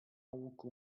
łuku